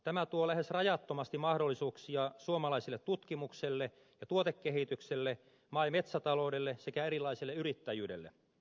tämä tuo lähes rajattomasti mahdollisuuksia suomalaiselle tutkimukselle ja tuotekehitykselle maa ja metsätaloudelle sekä erilaiselle yrittäjyydelle